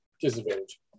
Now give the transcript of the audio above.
Disadvantage